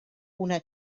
una